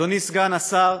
אדוני סגן השר,